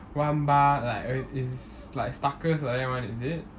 one bar like is like Starker like that [one] is it